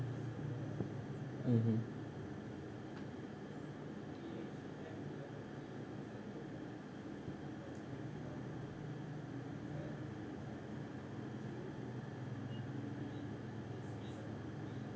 mmhmm